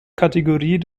kategorie